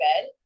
bed